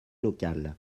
locales